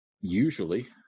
usually